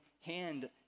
hand